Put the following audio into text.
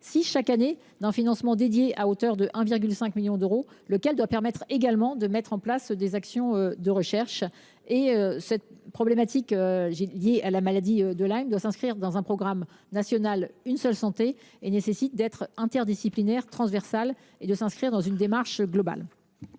chaque année d’un financement dédié à hauteur de 1,5 million d’euros, ce qui doit aussi permettre de mettre en place des actions de recherche. La problématique liée à la maladie de Lyme doit s’inscrire dans le programme national « Une seule santé » et nécessite une approche interdisciplinaire et transversale au service d’une démarche globale.